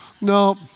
No